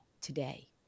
today